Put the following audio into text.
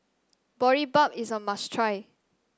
Boribap is a must try